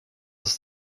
ist